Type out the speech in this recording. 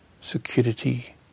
security